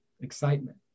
excitement